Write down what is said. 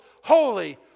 holy